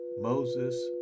moses